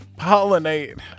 Pollinate